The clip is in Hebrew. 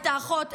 את האחות,